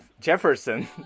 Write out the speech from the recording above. Jefferson